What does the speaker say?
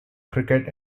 cricket